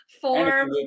form